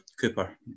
Cooper